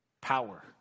power